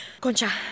Concha